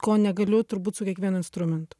ko negaliu turbūt su kiekvienu instrumentu